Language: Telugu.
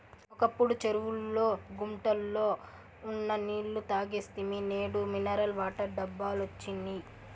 ఒకప్పుడు చెరువుల్లో గుంటల్లో ఉన్న నీళ్ళు తాగేస్తిమి నేడు మినరల్ వాటర్ డబ్బాలొచ్చినియ్